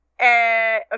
okay